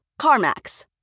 CarMax